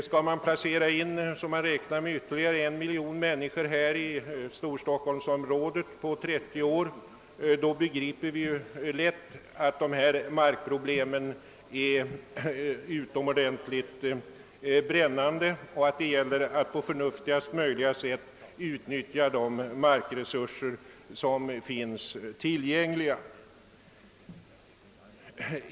Skall man placera in, som man räknar med, ytterligare en miljon människor i storstockholmsområdet inom 30 år, begriper vi lätt att dess markproblem är utomordentligt brännande och att det gäller att på förnuftigast möjliga sätt utnyttja de markresurser som finns tillgängliga.